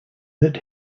that